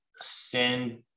send